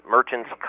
Merchants